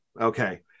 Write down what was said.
okay